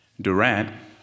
Durant